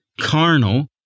carnal